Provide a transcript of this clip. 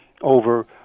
over